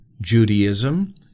Judaism